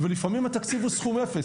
ולפעמים התקציב הוא סכום אפס.